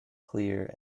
clear